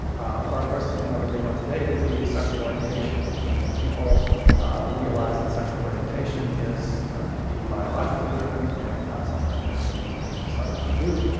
ah or, of course, you know the big one today would be sexual orientation. when people realized that sexual orientation is indeed biologically-driven and not something that they just have decided to do,